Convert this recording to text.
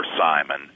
Simon